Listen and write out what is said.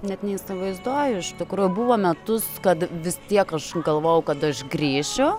net neįsivaizduoju iš tikrųjų buvo metus kad vis tiek aš galvojau kad aš grįšiu